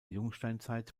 jungsteinzeit